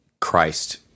Christ